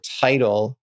title